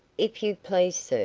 if you please, sir,